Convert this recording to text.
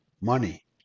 money